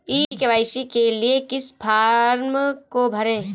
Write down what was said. ई KYC के लिए किस फ्रॉम को भरें?